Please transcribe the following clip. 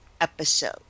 episode